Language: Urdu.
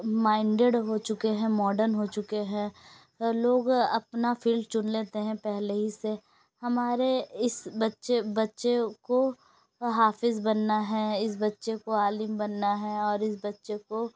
مائنڈیڈ ہو چکے ہے ماڈرن ہو چکے ہے لوگ اپنا فیلڈ چن لیتے ہیں پہلے ہی سے ہمارے اس بچے بچے کو حافظ بننا ہے اس بچے کو عالم بننا ہے اور اس بچے کو